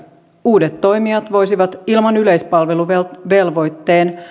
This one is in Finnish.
uudet toimijat voisivat ilman yleispalveluvelvoitteen